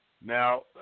Now